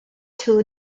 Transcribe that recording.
tool